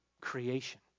creation